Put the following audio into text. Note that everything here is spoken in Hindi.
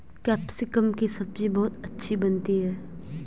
कैप्सिकम की सब्जी बहुत अच्छी बनती है